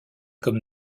comme